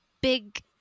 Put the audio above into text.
big